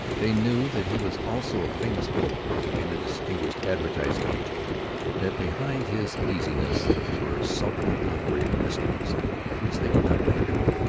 they knew that he was also a famous poet and a distinguished advertising-agent that behind his easiness were sultry literary mysteries which they could not penetrate.